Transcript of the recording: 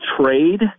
trade